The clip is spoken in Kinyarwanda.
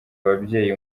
ababyeyi